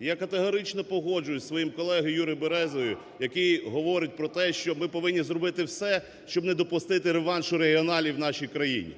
Я категорично погоджуюсь зі своїм колегою Юрієм Березою, який говорить про те, що ми повинні зробити все, щоби не допустити реваншу "регіоналів" в нашій країні.